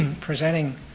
presenting